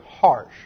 harsh